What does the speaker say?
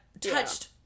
touched